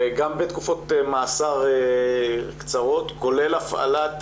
גם בתקופות מאסר קצרות, כולל הפעלת